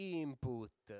input